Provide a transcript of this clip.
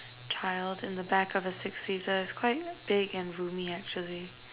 child in a back of a six seater is quite big and roomy actually